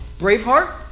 Braveheart